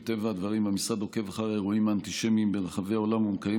ומטבע הדברים המשרד עוקב אחר האירועים האנטישמיים ברחבי העולם ומקיים